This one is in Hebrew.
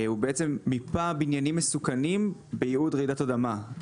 הוא בעצם מיפה בניינים מסוכנים בייעוד רעידת אדמה.